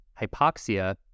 hypoxia